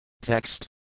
Text